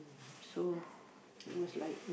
so it was like